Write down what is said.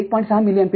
६ milliampere आहे